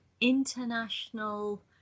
international